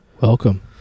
Welcome